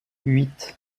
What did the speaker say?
huit